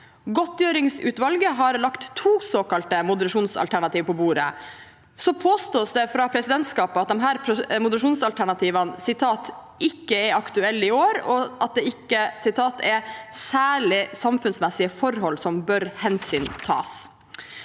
Godtgjøringsutvalget har lagt to såkalte moderasjonsalternativ på bordet. Så påstås det fra presidentskapet at disse moderasjonsalternativene «ikke er aktuelle i år», og at det ikke er «særlige samfunnsmessige forhold som bør hensyntas».